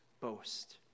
boast